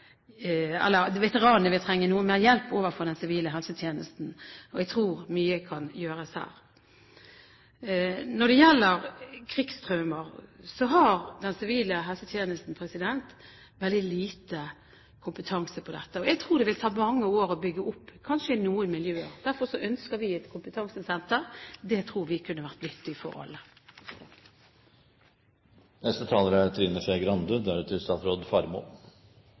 Jeg tror mye kan gjøres her. Når det gjelder krigstraumer, har den sivile helsetjenesten veldig lite kompetanse på dette. Jeg tror det vil ta mange år å bygge opp kanskje noen miljøer. Derfor ønsker vi et kompetansesenter. Det tror vi kunne vært nyttig for alle. Venstre har tatt opp dette saksområdet en rekke ganger, så jeg trenger ikke å holde noen lang innledning. Men det er